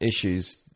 issues